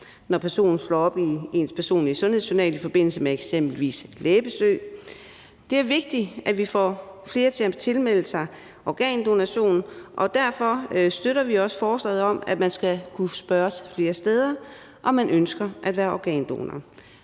når en person slår op i den personlige sundhedsjournal i forbindelse med eksempelvis et lægebesøg. Det er vigtigt, at vi får flere til at tilmelde sig organdonation, og derfor støtter vi også forslaget om, at man skal kunne spørges flere steder, om man ønsker at være organdonor.